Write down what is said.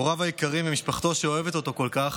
הוריו היקרים ומשפחתו, שאוהבת אותו כל כך,